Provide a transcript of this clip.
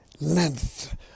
length